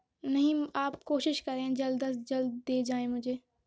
نہیں آپ کوشش کریں جلد از جلد دے جائیں مجھے